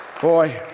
Boy